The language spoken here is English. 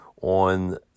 on